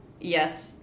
yes